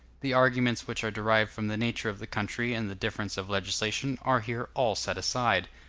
the arguments which are derived from the nature of the country and the difference of legislation are here all set aside.